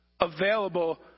available